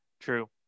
True